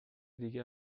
دیگه